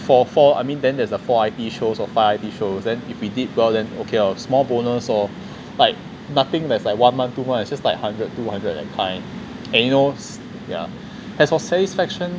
four four I mean then there's a four I_T shows or five I_T shows then if we did well then okay a small bonus lor like nothing there's like one month two months it's just like one hundred two hundred that kind and you know and as for satisfaction